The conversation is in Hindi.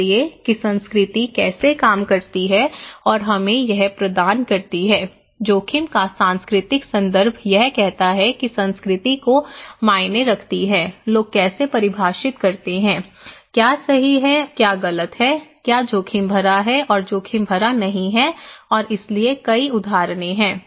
इसलिए कि संस्कृति कैसे काम करती है और हमें यह प्रदान करती है जोखिम का सांस्कृतिक संदर्भ यह कहता है कि संस्कृति मायने रखती है लोग कैसे परिभाषित करते हैं क्या सही है या गलत क्या जोखिम भरा है और जोखिम भरा नहीं है और इसलिए कई उदाहरण हैं